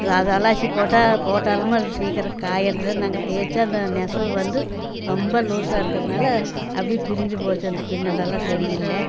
அது அலசி போட்டால் போட்டாலுமே அது சீக்கிரம் காயிறதில்ல நாங்கள் தேய்ச்சா அந்த நெசவு வந்து ரொம்ப லூசாருக்கிறதுனால அப்டி பிரிஞ்சு போச்சு அந்த பின்னலெல்லாம் சரியில்லை